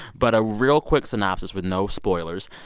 but a real quick synopsis with no spoilers.